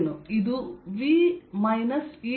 ಇದು V minus E